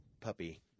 puppy